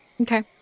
Okay